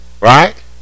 right